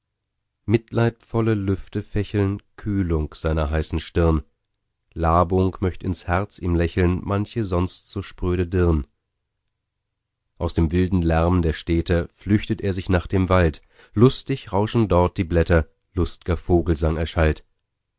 mitleidvolle lüfte fächeln kühlung seiner heißen stirn labung möcht ins herz ihm lächeln manche sonst so spröde dirn aus dem wilden lärm der städter flüchtet er sich nach dem wald lustig rauschen dort die blätter lustger vogelsang erschallt